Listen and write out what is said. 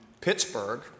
Pittsburgh